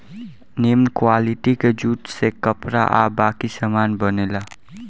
निमन क्वालिटी के जूट से कपड़ा आ बाकी सामान बनेला